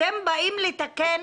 אתם באים לתקן,